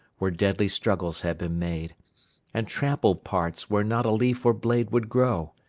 where deadly struggles had been made and trampled parts where not a leaf or blade would grow.